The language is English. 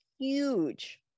huge